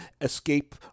escape